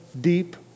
deep